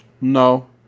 No